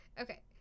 okay